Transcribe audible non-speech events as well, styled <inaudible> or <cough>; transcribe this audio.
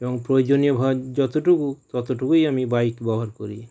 এবং প্রয়োজনীয় <unintelligible> যতটুকু ততটুকুই আমি বাইক ব্যবহার করি